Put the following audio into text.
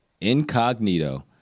Incognito